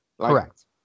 Correct